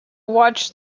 watch